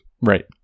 right